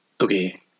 Okay